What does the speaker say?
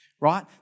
right